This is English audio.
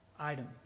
Item